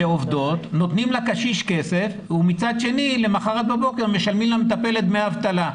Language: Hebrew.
נותנים לקשיש כסף ומצד שני למחרת בבוקר משלמים למטפלת דמי אבטלה.